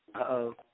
Uh-oh